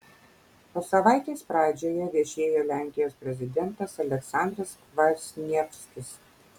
o savaitės pradžioje viešėjo lenkijos prezidentas aleksandras kvasnievskis